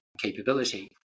capability